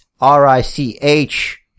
R-I-C-H